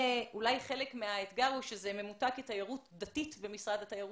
חלק מהאתגר הוא שזה ממותג כתיירות דתית במשרד התיירות,